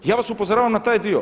Ja vas upozoravam na taj dio.